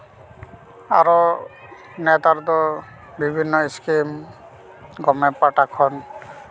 ᱟᱨᱚ ᱱᱮᱛᱟᱨ ᱫᱚ ᱵᱤᱵᱷᱤᱱᱱᱚ ᱤᱥᱠᱤᱢ ᱜᱚᱵᱷᱢᱮᱱᱴ ᱯᱟᱦᱴᱟ ᱠᱷᱚᱱ